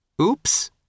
Oops